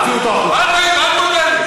תוציאו אותו החוצה בבקשה.